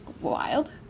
wild